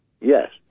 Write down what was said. Yes